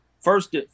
First